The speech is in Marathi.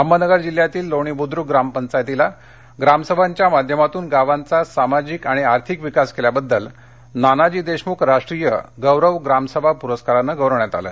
अहमदनगर जिल्ह्यातील लोणी बुद्रक ग्रामपंचायतीला ग्रामसभांच्या माध्यमातून गावांचा सामाजिक आणि आर्थिक विकास केल्याबद्दल नानाजी देशमुख राष्ट्रीय गौरव ग्रामसभा पुरस्काराने गौरवण्यात आले